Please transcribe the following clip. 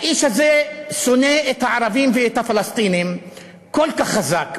האיש הזה שונא את הערבים ואת הפלסטינים כל כך חזק,